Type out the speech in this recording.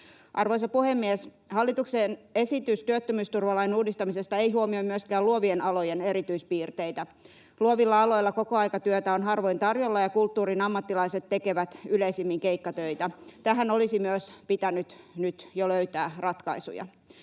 Arvoisa puhemies! Hallituksen esitys työttömyysturvalain uudistamisesta ei huomioi myöskään luovien alojen erityispiirteitä. Luovilla aloilla kokoaikatyötä on harvoin tarjolla, ja kulttuurin ammattilaiset tekevät yleisimmin keikkatöitä. Tähän olisi myös pitänyt nyt jo löytää ratkaisuja.